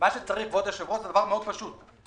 דבר מאוד פשוט: